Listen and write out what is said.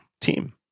team